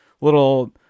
little